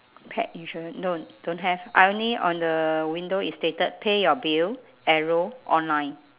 pet insurance no don't have I only on the window it stated pay your bill arrow online